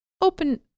open